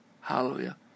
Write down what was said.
Hallelujah